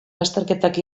lasterketak